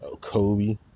Kobe